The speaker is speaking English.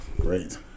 Great